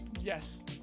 Yes